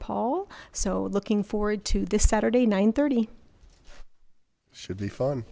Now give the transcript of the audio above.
paul so looking forward to this saturday nine thirty should be fun